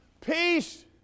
peace